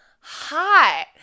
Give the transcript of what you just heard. hot